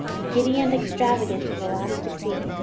giddy and extravagant to the last degree,